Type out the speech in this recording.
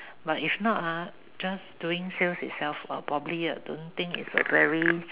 but if not ah just doing sales itself uh probably uh don't think it's a very